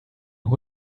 who